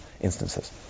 instances